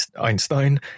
einstein